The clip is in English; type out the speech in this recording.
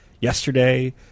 yesterday